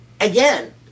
Again